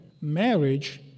marriage